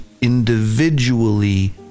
individually